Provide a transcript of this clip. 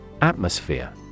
Atmosphere